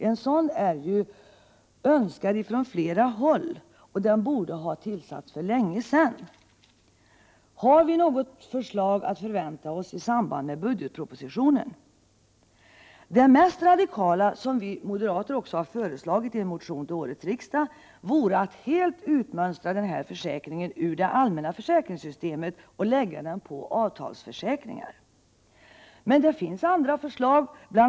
En sådan utredning är ju önskad från flera håll och borde ha tillsatts för länge sedan. Kommer det kanske några förslag i samband med budgetpropositionen? Det mest radikala — vilket vi moderater föreslagit i en motion till årets riksdag — vore att helt utmönstra försäkringen ur det allmänna försäkringssystemet och lägga den på avtalsförsäkringar. Men det finns andra förslag. Bl.